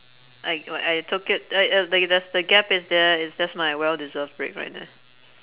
like like I took it like uh th~ there's the gap is there is that's my well deserved break right there